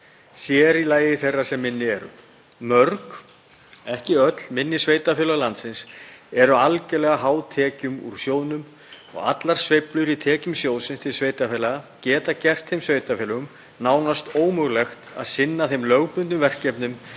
sér í lagi þeirra sem minni eru. Mörg, ekki öll, minni sveitarfélög landsins eru algerlega háð greiðslum úr sjóðnum og allar sveiflur í greiðslum úr sjóðnum til sveitarfélaga geta gert þeim nánast ómögulegt að sinna þeim lögbundnu verkefnum